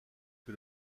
que